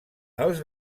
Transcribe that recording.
els